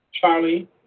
Charlie